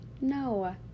No